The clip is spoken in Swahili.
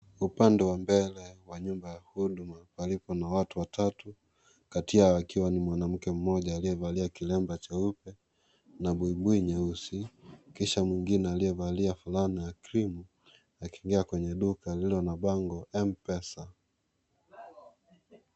Upande wa mbele wa nyumba ya huduma palipo watu watatu ,kati yao wakiwa ni mwanamke mmoja aliyevalia kilembe cheupe na buibui nyeusi kisha mwingine aliyevalia cream akiingia kwenye duka lililo na bango Mpesa.